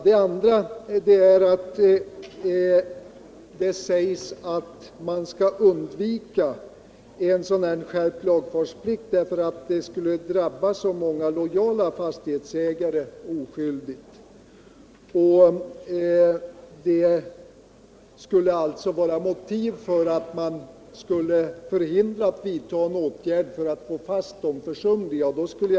Vidare sägs det att man bör undvika skärpt lagfartsplikt, eftersom skärpningen skulle drabba så många lojala och oskyldiga fastighetsägare. De skulle alltså vara en motivering för att underlåta att vidta någon åtgärd i syfte att försöka få fast de försumliga och de brottsliga.